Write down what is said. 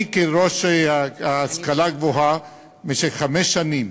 אני, כראש המועצה להשכלה הגבוהה במשך חמש שנים,